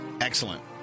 excellent